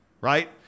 right